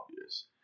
obvious